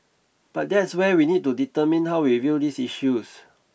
but that's where we need to determine how we view these issues